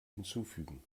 hinzufügen